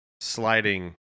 sliding